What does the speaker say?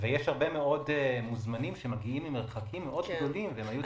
ויש הרבה מאוד מוזמנים שמגיעים ממרחקים גדולים מאוד.